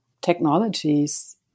technologies